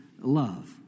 love